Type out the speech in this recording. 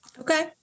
Okay